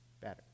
better